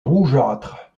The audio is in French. rougeâtre